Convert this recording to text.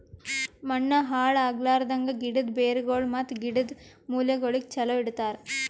ಮಣ್ಣ ಹಾಳ್ ಆಗ್ಲಾರ್ದಂಗ್, ಗಿಡದ್ ಬೇರಗೊಳ್ ಮತ್ತ ಗಿಡದ್ ಮೂಲೆಗೊಳಿಗ್ ಚಲೋ ಇಡತರ್